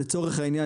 לצורך העניין,